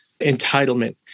entitlement